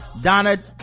Donna